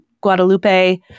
Guadalupe